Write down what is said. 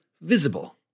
visible